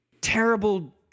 terrible